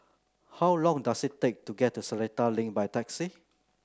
how long does it take to get to Seletar Link by taxi